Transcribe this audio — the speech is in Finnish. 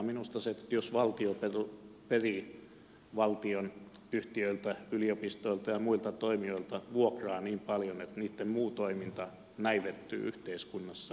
minusta se jos valtio perii valtionyhtiöiltä yliopistoilta ja muilta toimijoilta vuokraa niin paljon että niitten muu toiminta näivettyy yhteiskunnassa on huono kehitys